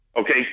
okay